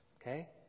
Okay